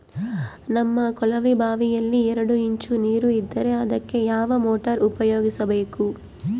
ನಮ್ಮ ಕೊಳವೆಬಾವಿಯಲ್ಲಿ ಎರಡು ಇಂಚು ನೇರು ಇದ್ದರೆ ಅದಕ್ಕೆ ಯಾವ ಮೋಟಾರ್ ಉಪಯೋಗಿಸಬೇಕು?